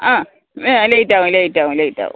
ആ ലേറ്റാവും ലേറ്റാവും ലേറ്റാവും